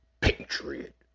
Patriot